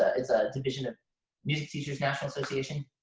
ah it's a division of music teacher's national association